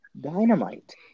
dynamite